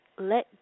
Let